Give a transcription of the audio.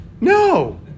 No